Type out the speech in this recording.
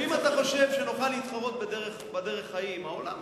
אם אתה חושב שנוכל להתחרות בדרך ההיא בעולם,